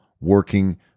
working